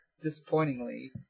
disappointingly